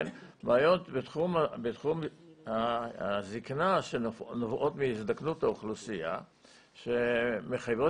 בעיות בתחום הזקנה שנובעות מהזדקנות האוכלוסייה שמחייבת